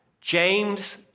James